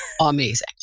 amazing